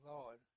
Lord